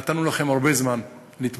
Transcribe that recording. נתנו לכם הרבה זמן להתמודד,